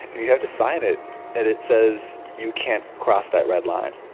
you have to sign it and it says, you can't cross that red line.